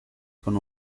con